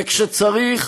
וכשצריך,